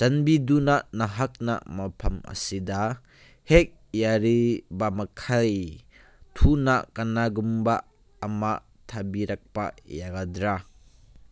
ꯆꯥꯟꯕꯤꯗꯨꯅ ꯅꯍꯥꯛꯅ ꯃꯐꯝ ꯑꯁꯤꯗ ꯍꯦꯛ ꯌꯥꯔꯤꯕꯃꯈꯩ ꯊꯨꯅ ꯀꯅꯥꯒꯨꯝꯕ ꯑꯃ ꯊꯥꯕꯤꯔꯛꯄ ꯌꯥꯒꯗ꯭ꯔꯥ